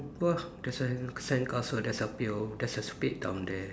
oh there's a sandcastle there's a pail there's a spade down there